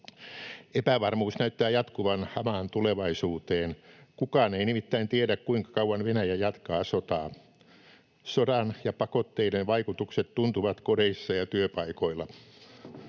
Epävarmuus näyttää jatkuvan hamaan tulevaisuuteen. Kukaan ei nimittäin tiedä, kuinka kauan Venäjä jatkaa sotaa. Sodan ja pakotteiden vaikutukset tuntuvat kodeissa ja työpaikoilla.